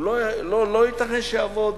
לא ייתכן שיעבוד